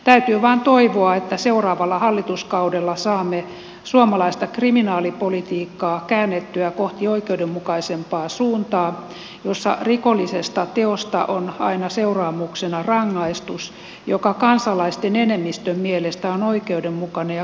täytyy vain toivoa että seuraavalla hallituskaudella saamme suomalaista kriminaalipolitiikkaa käännettyä kohti oikeudenmukaisempaa suuntaa jossa rikollisesta teosta on aina seuraamuksena rangaistus joka kansalaisten enemmistön mielestä on oikeudenmukainen ja kohtuullinen